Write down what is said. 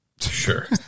sure